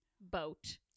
boat